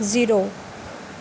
zero